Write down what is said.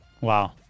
Wow